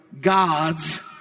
gods